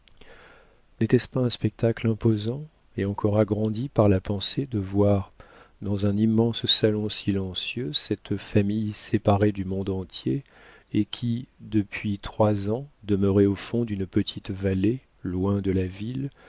n'était-ce pas un spectacle imposant et encore agrandi par la pensée de voir dans un immense salon silencieux cette femme séparée du monde entier et qui depuis trois ans demeurait au fond d'une petite vallée loin de la ville